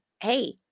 hey